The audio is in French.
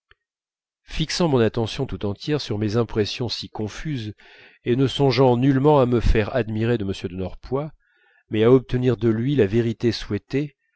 fixant mon attention tout entière sur mes impressions si confuses et ne songeant nullement à me faire admirer de m de norpois mais à obtenir de lui la vérité souhaitée